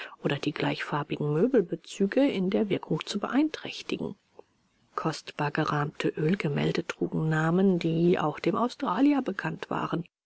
oder die gleichfarbigen möbelbezüge in der wirkung zu beeinträchtigen kostbar gerahmte ölgemälde trugen namen die auch dem australier bekannt waren